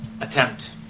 attempt